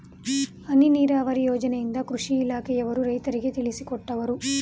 ಹನಿ ನೀರಾವರಿ ಯೋಜನೆಯಿಂದ ಕೃಷಿ ಇಲಾಖೆಯವರು ರೈತರಿಗೆ ತಿಳಿಸಿಕೊಟ್ಟರು